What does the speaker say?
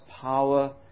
power